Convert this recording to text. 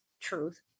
truth